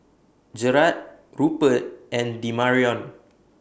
Gerard Rupert and Demarion